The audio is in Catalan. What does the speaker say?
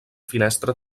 finestra